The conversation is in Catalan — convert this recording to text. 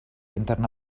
interna